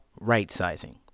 right-sizing